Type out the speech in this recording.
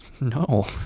no